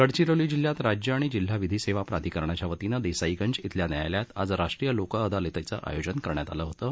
गडचिरोली जिल्ह्यात राज्य आणि जिल्हा विधी सेवा प्राधिकरणाच्या वतीनं देसाईगंज इथल्या न्यायालयात आज राष्ट्रीय लोक अदालतीचं आयोजन करण्यात आलं होतं